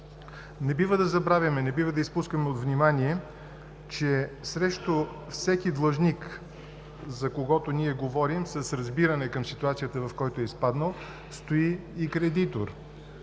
Не бива да забравяме, не бива да изпускаме от внимание, че срещу всеки длъжник, за когото ние говорим, с разбиране към ситуацията, в която е изпаднал, стои и кредитор;